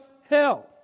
hell